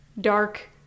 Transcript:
dark